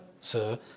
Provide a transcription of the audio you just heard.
sir